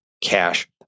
cash